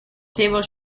tables